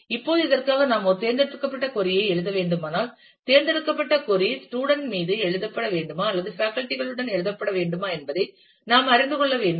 இப்போது இதற்காக நாம் ஒரு தேர்ந்தெடுக்கப்பட்ட கொறி ஐ எழுத வேண்டுமானால் தேர்ந்தெடுக்கப்பட்ட கொறி ஸ்டூடண்ட் மீது எழுதப்பட வேண்டுமா அல்லது பேக்கல்டி களுடன் எழுதப்பட வேண்டுமா என்பதை நாம் அறிந்து கொள்ள வேண்டும்